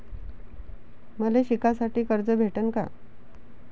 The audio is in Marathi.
मले शिकासाठी कर्ज भेटन का?